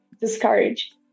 discouraged